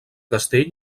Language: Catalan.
castell